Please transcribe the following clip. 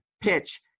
PITCH